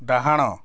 ଡାହାଣ